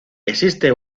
existe